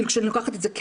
כשאני לוקחת את זה כנתח.